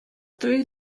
through